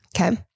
Okay